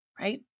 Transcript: right